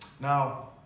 Now